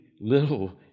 little